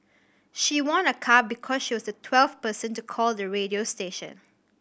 she won a car because she was the twelfth person to call the radio station